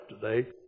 today